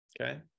okay